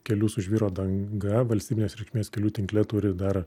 kelių su žvyro danga valstybinės reikšmės kelių tinkle turi dar